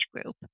group